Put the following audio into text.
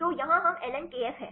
तो यहाँ हम ln kf है